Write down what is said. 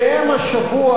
אליהם השבוע,